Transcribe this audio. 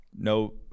no